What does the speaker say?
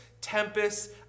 tempest